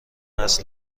است